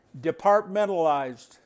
departmentalized